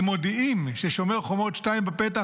הם מודיעים ששומר חומות 2 בפתח,